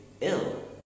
ill